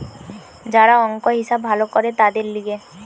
যারা অংক, হিসাব ভালো করে তাদের লিগে